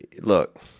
look